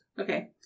okay